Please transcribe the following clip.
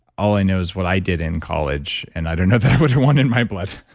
all i know is what i did in college and i don't know that i would want in my blood